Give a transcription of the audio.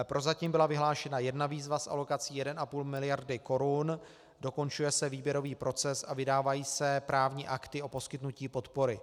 Prozatím byla vyhlášena jedna výzva s alokací 1,5 miliardy korun, dokončuje se výběrový proces a vydávají se právní akty o poskytnutí podpory.